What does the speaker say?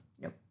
Nope